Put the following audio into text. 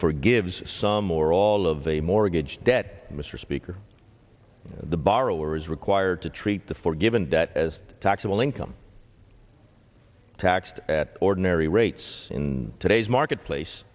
forgives some or all of a mortgage debt mr speaker the borrower is required to treat the forgiven debt as taxable income taxed at ordinary rates in today's marketplace